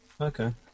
Okay